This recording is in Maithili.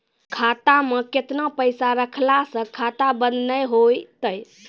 खाता मे केतना पैसा रखला से खाता बंद नैय होय तै?